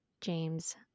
James